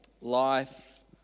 life